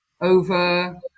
over